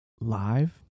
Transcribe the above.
Live